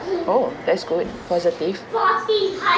oh that's good positive